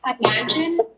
imagine